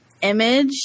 image